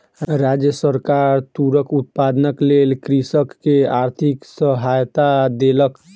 राज्य सरकार तूरक उत्पादनक लेल कृषक के आर्थिक सहायता देलक